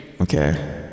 Okay